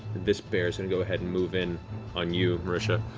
this bear's going to go ahead and move in on you, marisha.